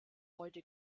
heute